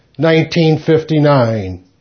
1959